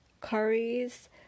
curries